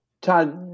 Todd